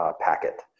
packet